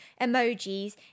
emojis